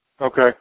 Okay